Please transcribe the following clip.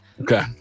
okay